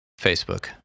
Facebook